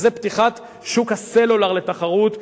וזה פתיחת שוק הסלולר לתחרות.